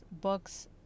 books